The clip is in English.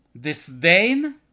disdain